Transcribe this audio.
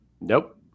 Nope